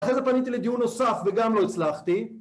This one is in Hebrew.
אחרי זה פניתי לדיון נוסף, וגם לא הצלחתי.